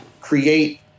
create